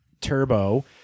Turbo